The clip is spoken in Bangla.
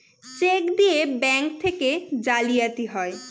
চেক দিয়ে ব্যাঙ্ক থেকে জালিয়াতি হয়